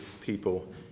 people